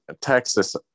Texas